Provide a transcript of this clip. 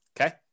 okay